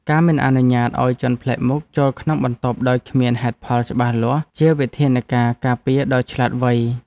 ការមិនអនុញ្ញាតឱ្យជនប្លែកមុខចូលក្នុងបន្ទប់ដោយគ្មានហេតុផលច្បាស់លាស់ជាវិធានការការពារដ៏ឆ្លាតវៃ។